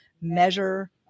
measure